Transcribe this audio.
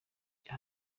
bya